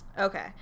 Okay